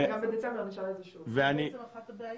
זאת אחת הבעיות,